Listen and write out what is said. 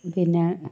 പിന്നെ